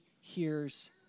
hears